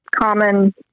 common